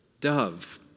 dove